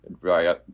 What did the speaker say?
Right